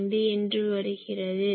25 என்று வருகிறது